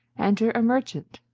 enter a merchant.